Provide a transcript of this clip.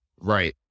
Right